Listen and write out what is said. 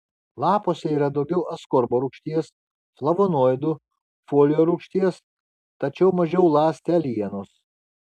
lapuose yra daugiau askorbo rūgšties flavonoidų folio rūgšties tačiau mažiau ląstelienos